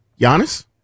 Giannis